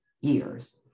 years